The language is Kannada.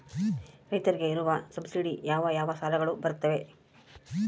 ರೈತರಿಗೆ ಇರುವ ಸಬ್ಸಿಡಿ ಯಾವ ಯಾವ ಸಾಲಗಳು ಬರುತ್ತವೆ?